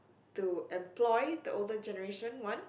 to employ the older generation one